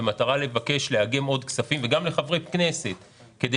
במטרה לבקש לאגם עוד כספים - היא פנתה גם לחברי כנסת - כדי